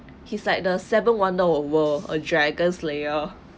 he said the seven wonder of world a dragon slayer